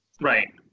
Right